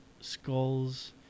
skulls